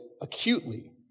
acutely